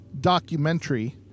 documentary